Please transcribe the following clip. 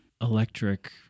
Electric